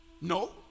No